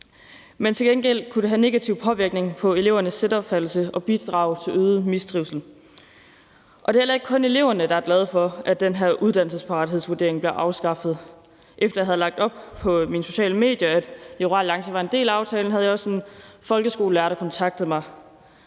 men til gengæld kunne det have negativ påvirkning på elevernes selvopfattelse og bidrage til øget mistrivsel. Det er heller ikke kun eleverne, der er glade for, at den her uddannelsesparathedsvurdering bliver afskaffet. Efter jeg havde lagt op på mine sociale medier, at Liberal Alliance var en del af aftalen, havde jeg en folkeskolelærer, der kontaktede mig.